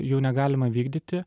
jų negalima vykdyti